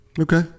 Okay